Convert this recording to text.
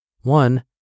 One